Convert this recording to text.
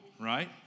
right